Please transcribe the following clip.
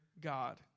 God